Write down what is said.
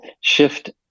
shift